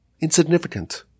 insignificant